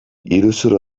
iruzur